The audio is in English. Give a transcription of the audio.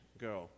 go